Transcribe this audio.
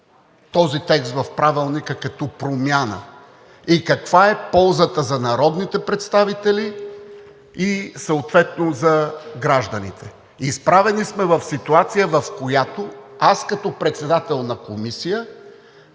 този текст в Правилника като промяна и каква е ползата за народните представители и съответно за гражданите? Изправени сме в ситуация, в която аз като председател на комисия